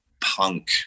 punk